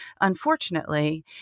unfortunately